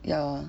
ya